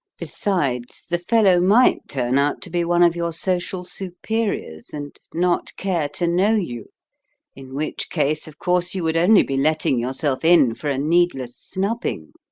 besides, the fellow might turn out to be one of your social superiors, and not care to know you in which case, of course, you would only be letting yourself in for a needless snubbing.